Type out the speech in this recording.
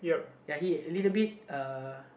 ya he little bit uh